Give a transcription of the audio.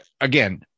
again